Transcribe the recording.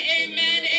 amen